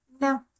No